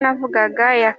navugaga